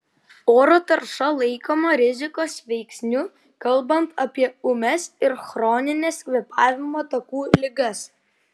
oro tarša laikoma rizikos veiksniu kalbant apie ūmias ir chronines kvėpavimo takų ligas